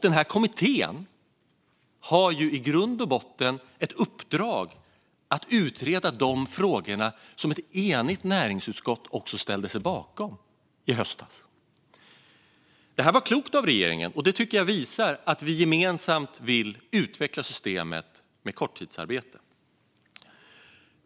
Denna kommitté har i grund och botten ett uppdrag att utreda de frågor som ett enigt näringsutskott ställde sig bakom i höstas. Det här var klokt av regeringen, och jag tycker att det visar att vi gemensamt vill utveckla systemet med korttidsarbete.